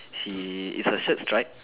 she is her shirt stripe